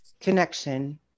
connection